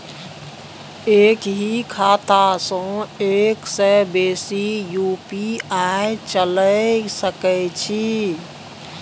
एक ही खाता सं एक से बेसी यु.पी.आई चलय सके छि?